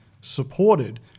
supported